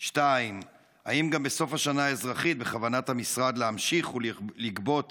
2. האם גם בסוף השנה האזרחית בכוונת המשרד להמשיך ולגבות